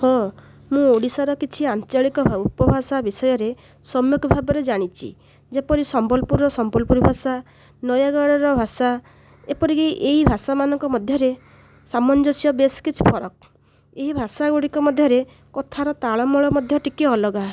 ହଁ ମୁଁ ଓଡ଼ିଶାର କିଛି ଆଞ୍ଚଳିକ ଉପଭାଷା ବିଷୟରେ ସମ୍ୟକ ଭାବରେ ଜାଣିଛି ଯେପରି ସମ୍ବଲପୁରର ସମ୍ବଲପୁରୀ ଭାଷା ନୟାଗଡ଼ର ଭାଷା ଏପରିକି ଏହି ଭାଷା ମାନଙ୍କ ମଧ୍ୟରେ ସାମଞ୍ଜସ୍ୟ ବେଶ କିଛି ଫରକ ଏହି ଭାଷା ଗୁଡ଼ିକ ମଧ୍ୟରେ କଥାର ତାଳମେଳ ମଧ୍ୟ ଟିକେ ଅଲଗା